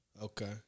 Okay